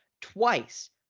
Twice